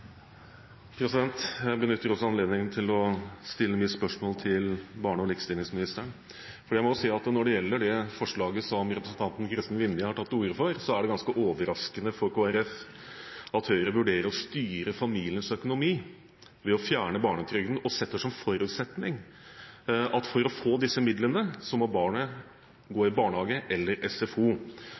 Jeg benytter også anledningen til å stille spørsmål til barne- og likestillingsministeren, for jeg må si at når det gjelder det forslaget som representanten Kristin Vinje har tatt til orde for, er det ganske overraskende for Kristelig Folkeparti at Høyre vurderer å styre familiens økonomi ved å fjerne barnetrygden og setter som forutsetning at barnet må gå i barnehage eller SFO for å få disse midlene.